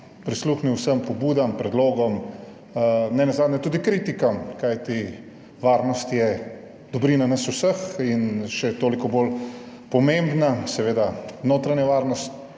prisluhnil vsem pobudam, predlogom, nenazadnje tudi kritikam, kajti varnost je dobrina nas vseh in še toliko bolj pomembna seveda notranja varnost